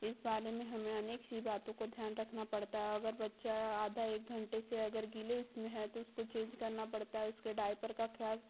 इस बारे में हमें अनेक सी बातों को ध्यान रखना पड़ता है अगर बच्चा आधा एक घंटे से आगर गीले इसमें है तो उसको चेंज करना पड़ता है उसके डाईपर का खास